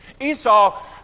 Esau